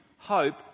hope